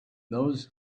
those